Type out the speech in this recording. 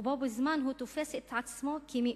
ובו בזמן הוא תופס את עצמו כמאוים.